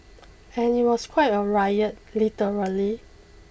and it was quite a riot literally